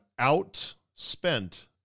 outspent